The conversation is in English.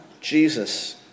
Jesus